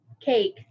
cake